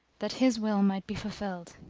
that his will might be fulfilled.